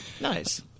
Nice